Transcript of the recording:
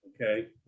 okay